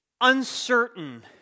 uncertain